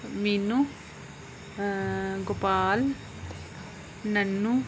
Meenu Gopal Nannu